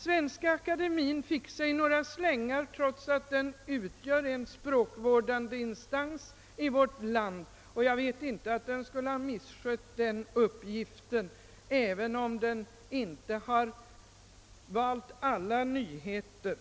Svenska akademien fick sig några slängar i det föregående inlägget trots att den utgör en språkvårdande instans i vårt land, och jag vet inte, att den skulle ha misskött den uppgiften, även om den inte har valt att acceptera alla nyheter.